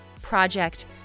project